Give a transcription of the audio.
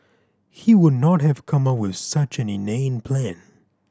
he would not have come up with such an inane plan